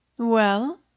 Well